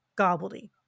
Gobbledy